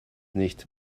nicht